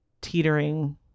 teetering